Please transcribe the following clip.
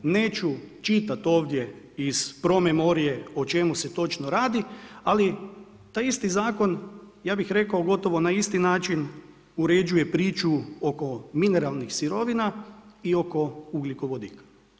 Neću čitat ovdje iz promemorije o čemu se točno radi, ali taj isti zakon ja bih rekao gotovo na isti način uređuje priču oko mineralnih sirovina i oko ugljikovodika.